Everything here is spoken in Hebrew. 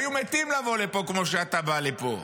היו מתים לבוא לפה כמו שאתה בא לפה.